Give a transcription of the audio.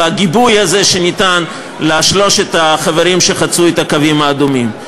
בגיבוי הזה שניתן לשלושת החברים שחצו את הקווים האדומים.